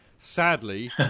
Sadly